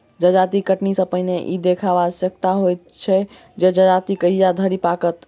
जजाति कटनी सॅ पहिने ई देखब आवश्यक होइत छै जे जजाति कहिया धरि पाकत